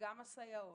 וגם הסייעות,